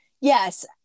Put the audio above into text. Yes